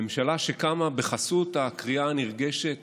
הממשלה שקמה בחסות הקריאה הנרגשת: